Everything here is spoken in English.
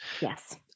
Yes